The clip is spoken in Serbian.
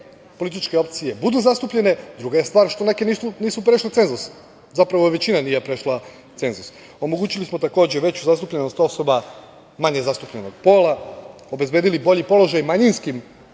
političke opcije budu zastupljene, druga je stvar što neke nisu prešle cenzus, zapravo većina nije prešla cenzus. Omogućili smo takođe veću zastupljenost osoba manje zastupljenog pola, obezbedili bolji položaj manjinskim